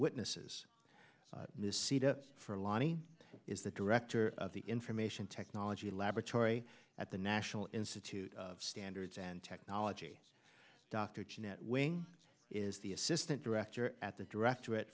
witnesses for loni is the director of the information technology laboratory at the national institute of standards and technology dr jeannette wing is the assistant director at the direct